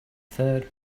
third